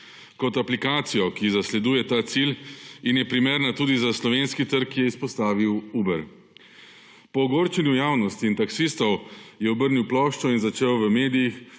Kot aplikacijo, ki zasleduje ta cilj in je primerna tudi za slovenski trg, je izpostavil Uber. Po ogorčenju javnosti in taksistov, je obrnil ploščo in začel v medijih